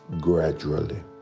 gradually